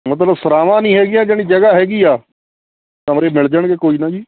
ਮਤਲਬ ਸਰਾਵਾਂ ਨਹੀਂ ਹੈਗੀਆਂ ਜਾਨੀ ਜਗ੍ਹਾ ਹੈਗੀ ਆ ਕਮਰੇ ਮਿਲ ਜਾਣਗੇ ਕੋਈ ਨਾ ਜੀ